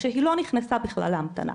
כך שהיא לא נכנסה בכלל להמתנה.